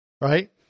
right